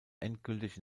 endgültig